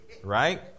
right